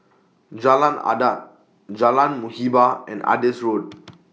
Jalan Adat Jalan Muhibbah and Adis Road